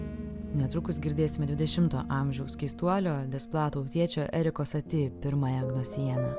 netrukus girdėsime dvidešimto amžiaus keistuolio despla tautiečio eriko sati pirmąją gnosieną